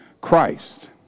Christ